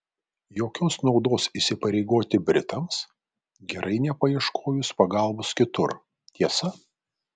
jokios naudos įsipareigoti britams gerai nepaieškojus pagalbos kitur tiesa